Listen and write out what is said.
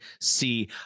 see